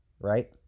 right